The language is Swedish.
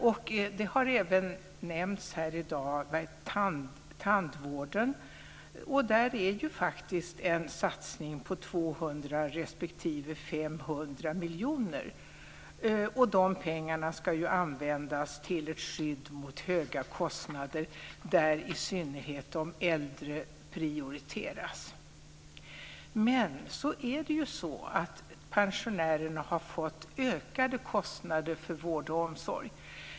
I dag har här även nämnts tandvården, där det sker en satsning med 200 miljoner respektive 500 miljoner. Dessa pengar ska ju användas till ett skydd mot höga kostnader. Där är det i synnerhet de äldre som prioriteras. Men pensionärerna har fått ökade kostnader för vård och omsorg.